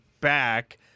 back